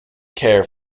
care